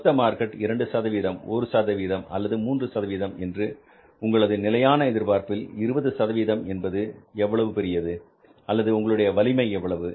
மொத்த மார்க்கெட் 2 ஒரு சதவீதம் அல்லது 3 என்று உங்களது நிலையான எதிர்பார்ப்பில் 20 சதவீதம் என்பது எவ்வளவு பெரியது அல்லது உங்களுடைய வலிமை எவ்வளவு